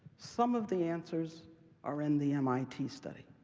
some of the answers are in the mit study,